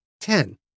ten